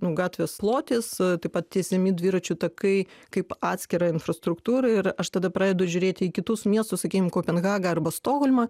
nu gatvės plotis taip pat tiesiami dviračių takai kaip atskira infrastruktūra ir aš tada pradedu žiūrėti į kitus miestus sakykim kopenhagą arba stokholmą